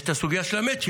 יש את הסוגיה של המצ'ינג.